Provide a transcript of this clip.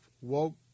woke